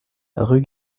rue